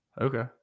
okay